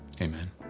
amen